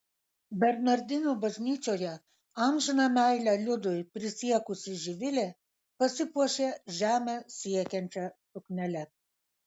bernardinų bažnyčioje amžiną meilę liudui prisiekusi živilė pasipuošė žemę siekiančia suknele